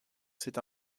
c’est